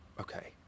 okay